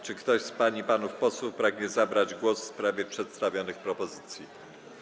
Czy ktoś z pań i panów posłów pragnie zabrać głos w sprawie przedstawionych propozycji?